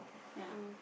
ya